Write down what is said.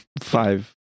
five